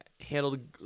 Handled